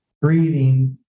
breathing